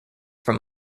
from